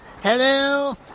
Hello